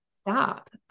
Stop